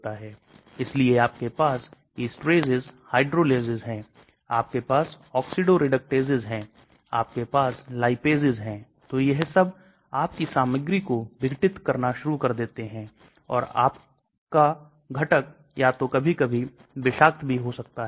इसलिए आपके पास एक ऐसी दवा है जो शरीर के अंदर पारगम्य नहीं हो पाती है तो आप क्या करते हैं आप एक ester बांड को सक्रिय समूह के साथ रखते हैं और सामान्यतः यह शरीर के अंदर टूट जाता है क्योंकि esterase एंजाइम पाए जाते हैं और फिर सक्रिय दवा मुक्त हो जाती है